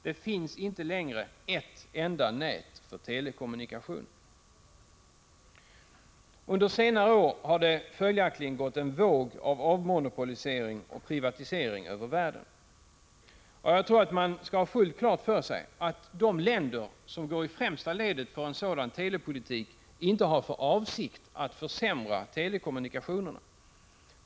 Det finns inte längre ett enda nät för telekommunikation. Under senare år har det följaktligen gått en våg av avmonopolisering och privatisering över världen. Och jag tror att man skall ha fullt klart för sig att de länder som går i främsta ledet för en sådan telepolitik inte har för avsikt att försämra telekommunikationerna.